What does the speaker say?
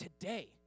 today